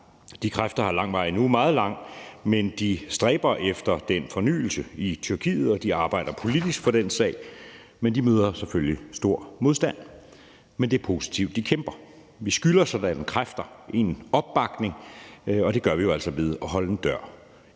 de kræfter har meget lang vej endnu, men de stræber efter den fornyelse i Tyrkiet, og de arbejder politisk for den sag, men de møder selvfølgelig stor modstand. Men det er positivt, at de kæmper. Vi skylder sådanne kræfter en opbakning, og det gør vi jo altså ved at holde en dør på